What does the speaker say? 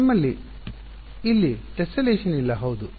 ನಮ್ಮಲ್ಲಿ ಇಲ್ಲಿ ಟೆಸ್ಸೆಲೇಷನ್ ಇಲ್ಲ ಹೌದಾ